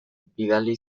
bidali